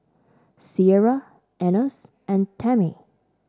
Sierra Enos and Tamie